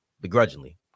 begrudgingly